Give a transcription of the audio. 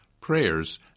prayers